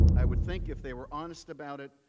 i would think if they were honest about it,